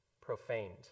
profaned